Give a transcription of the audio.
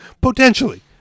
Potentially